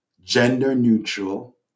gender-neutral